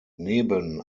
neben